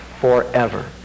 forever